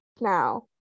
Now